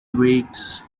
awakes